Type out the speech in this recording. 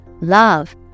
Love